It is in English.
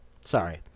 sorry